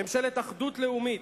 ממשלת אחדות לאומית,